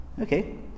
okay